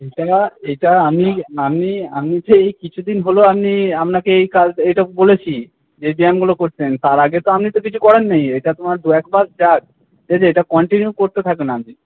এটা এটা আমি আমি আমি তো এই কিছুদিন হল আমি আপনাকে এই কাজ এইটা বলেছি যে এই ব্যায়ামগুলো করছেন তার আগে তো আপনি তো কিছু করেননি এইটা তোমার দু এক মাস যাক ঠিক আছে এটা কন্টিনিউ করতে থাকেন আপনি